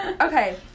Okay